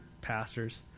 Pastors